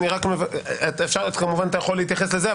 אתה כמובן יכול להתייחס לזה,